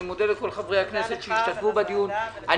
מודה לכל חברי הכנסת שהשתתפו בדיון,